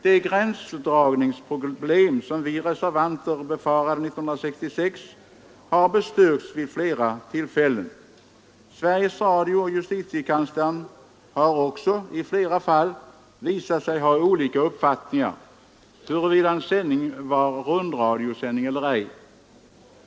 De gränsdragningsproblem som vi reservanter befarade år 1966 har bestyrkts vid flera tillfällen. Sveriges Radio och justitiekanslern har också i åtskilliga fall visat sig ha olika uppfattningar huruvida en sändning var rundradiosändning eller ej.